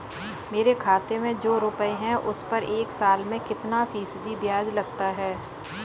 मेरे खाते में जो रुपये हैं उस पर एक साल में कितना फ़ीसदी ब्याज लगता है?